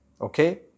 Okay